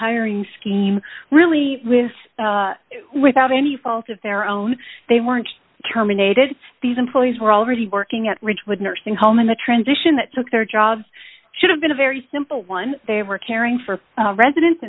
hiring scheme really with without any fault of their own they weren't terminated these employees were already working at ridgewood nursing home and the transition that took their jobs should have been a very simple one they were caring for residen